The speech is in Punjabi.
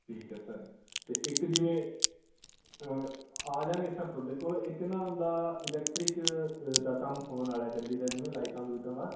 ਠੀਕ ਹੈ ਸਰ ਅਤੇ ਇੱਕ ਜਿਵੇਂ ਆ ਜਾਂਗੇ ਸਰ ਤੁਹਾਡੇ ਕੋਲ ਇੱਕ ਨਾ ਉਹਦਾ ਇਲੈਕਟ੍ਰਿਕ ਅ ਦਾ ਕੰਮ ਹੋਣ ਵਾਲਾ ਗੱਡੀ ਦਾ ਜਿਵੇਂ ਲਾਈਟਾਂ ਲੂਈਟਾਂ ਦਾ